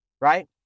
Right